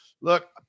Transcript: look